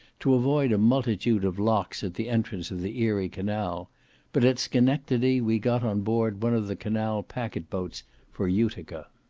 to avoid a multitude of locks at the entrance of the erie canal but at scenectedy we got on board one of the canal packet-boats for utica.